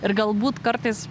ir galbūt kartais